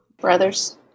brothers